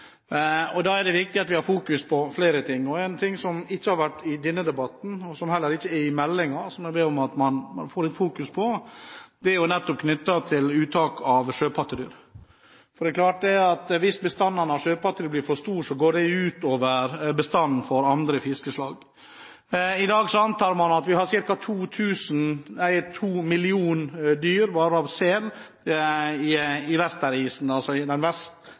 avtaler. Da er det viktig at vi har fokus på flere ting. En ting som ikke har vært sagt i denne debatten, som heller ikke er med i meldingen, og som jeg ber om at man får litt fokus på, er nettopp knyttet til uttak av sjøpattedyr. Det er klart at hvis bestanden av sjøpattedyr blir for stor, går det ut over bestanden av andre fiskeslag. I dag antar man at vi har ca. to millioner sel i Vesterisen – altså på den